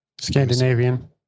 Scandinavian